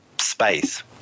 space